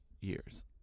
years